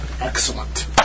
Excellent